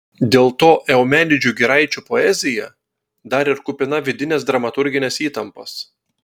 dėl to eumenidžių giraičių poezija dar ir kupina vidinės dramaturginės įtampos